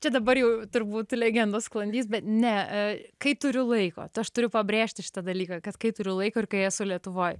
čia dabar jau turbūt legendos sklandys bet ne kai turiu laiko tai aš turiu pabrėžti šitą dalyką kad kai turiu laiko ir kai esu lietuvoj